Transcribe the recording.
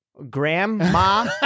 Grandma